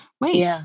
wait